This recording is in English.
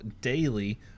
Daily